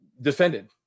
defended